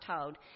told